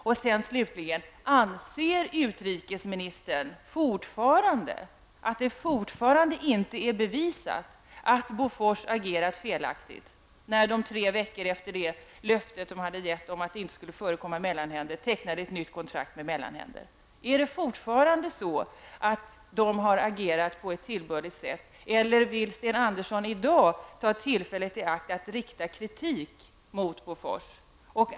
Slutligen vill jag fråga: Anser utrikesministern fortfarande att det ännu inte är bevisat att Bofors agerat felaktigt när företaget tre veckor efter sitt löfte om att det inte skulle förekomma mellanhänder tecknade ett nytt kontrakt med mellanhänder? Anser utrikesministern fortfarande att Bofors har agerat på ett tillbörligt sätt, eller vill Sten Andersson i dag ta tillfället i akt att rikta kritik mot Bofors?